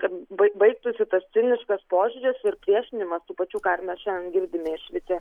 kad bai baigtųsi tas ciniškas požiūris ir priešinimas tų pačių ką ir mes šiandien girdime iš vice